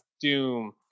doom